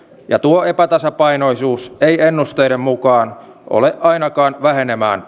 ja tuo epätasapainoisuus ei ennusteiden mukaan ole ainakaan vähenemään